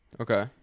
Okay